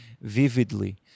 vividly